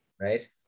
right